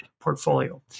portfolio